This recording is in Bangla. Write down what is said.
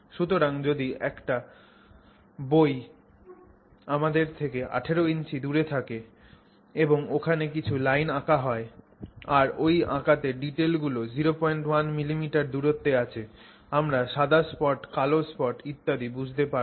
সুতরাং যদি একটা বই আমাদের থেকে 18 inches দূরে রাখা হয় এবং ওখানে কিছু লাইন আঁকা হয় আর ওই আঁকাতে ডিটেল গুলো 01 millimeter দূরত্বে আছে আমরা সাদা স্পট কালো স্পট ইত্যাদি বুঝতে পারবো